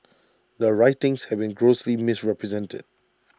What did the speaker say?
the writings have been grossly misrepresented